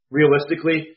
Realistically